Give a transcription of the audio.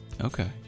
Okay